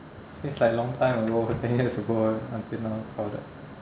since like long time ago ten years ago until now crowded